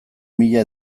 mila